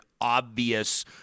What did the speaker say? obvious